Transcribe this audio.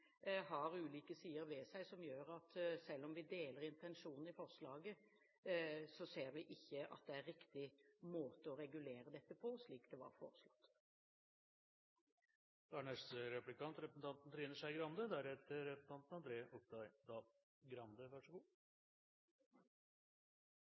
har ulike sider ved seg som gjør at selv om vi deler intensjonene i forslaget, ser vi ikke at det er riktig måte å regulere dette på, slik det var foreslått. Dette er